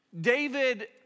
David